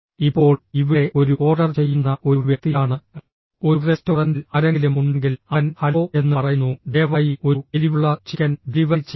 ഇപ്പോൾ ഇവിടെ ഒരു ഓർഡർ ചെയ്യുന്ന ഒരു വ്യക്തിയാണ് ഒരു റെസ്റ്റോറന്റിൽ ആരെങ്കിലും ഉണ്ടെങ്കിൽ അവൻ ഹലോ എന്ന് പറയുന്നു ദയവായി ഒരു എരിവുള്ള ചിക്കൻ ഡെലിവറി ചെയ്യുക